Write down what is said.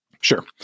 sure